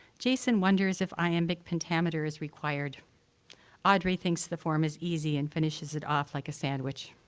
jason wonders if iambic pentameter is required audrey thinks the form is easy and finishes it off like a sandwich.